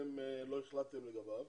שאתם לא החלטתם לגביו